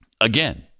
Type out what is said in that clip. again